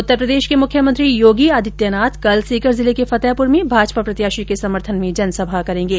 उत्तर प्रदेश के मुख्यमंत्री योगी आदित्यनाथ कल सीकर जिले के फतेहपुर में भाजपा प्रत्याशी के समर्थन में जनसभा करेगें